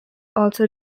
also